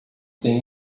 tenho